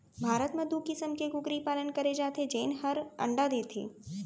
भारत म दू किसम के कुकरी पालन करे जाथे जेन हर अंडा देथे